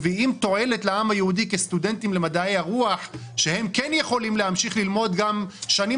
בניגוד לסטודנטים למדעי הרוח שכן יכולים ללמוד שנים